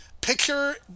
Picture